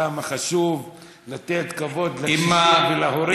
כמה חשוב לתת כבוד לקשישים ולהורים.